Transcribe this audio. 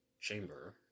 chamber